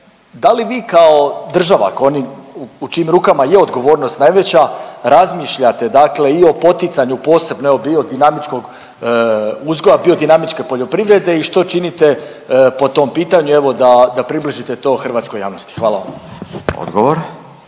da li vi kao država, kao oni u čijim rukama je odgovornost najveća, razmišljate dakle i o poticanju posebno evo biodinamičkog uzgoja i biodinamičke poljoprivrede i što činite po tom pitanju evo da, da približite to hrvatskoj javnosti, hvala vam. **Radin,